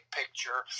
picture